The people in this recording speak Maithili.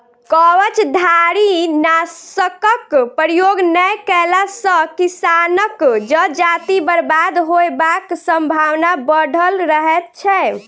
कवचधारीनाशकक प्रयोग नै कएला सॅ किसानक जजाति बर्बाद होयबाक संभावना बढ़ल रहैत छै